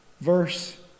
Verse